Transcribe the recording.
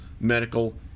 medical